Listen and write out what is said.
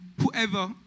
whoever